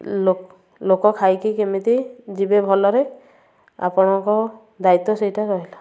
ଲୋକ ଲୋକ ଖାଇକି କେମିତି ଯିବେ ଭଲରେ ଆପଣଙ୍କ ଦାୟିତ୍ୱ ସେଇଟା ରହିଲା